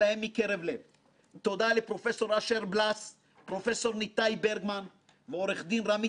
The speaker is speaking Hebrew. שפעלו לאורך כל הדרך מתוך תחושת שליחות ומחויבות עמוקה עד אין קץ